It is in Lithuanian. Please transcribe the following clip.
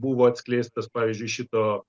buvo atskleistas pavyzdžiui šito